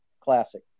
classic